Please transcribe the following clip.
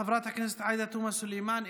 חברת הכנסת עאידה תומא סלימאן,